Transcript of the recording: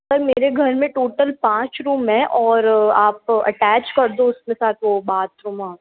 sir मेरे घर में टोटल पाँच रूम है और आप अटैच कर दो उसके साथ वो बाथरूम आप